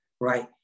right